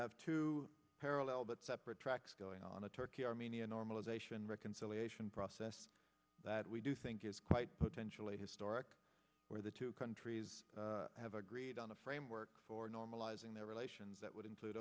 have two parallel but separate tracks going on a turkey armenia normalization reconciliation process that we do think is quite potentially historic where the two countries have agreed on a framework for normalizing their relations that would include